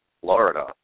Florida